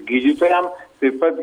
gydytojam taip pat